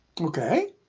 Okay